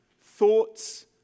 thoughts